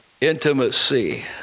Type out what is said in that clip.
intimacy